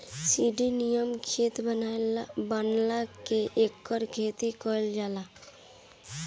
सीढ़ी नियर खेत बना के एकर खेती कइल जाला